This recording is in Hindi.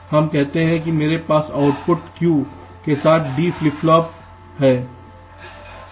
हम कहते हैं कि मेरे पास आउटपुट Q के साथ D फ्लिप फ्लॉप है